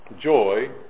joy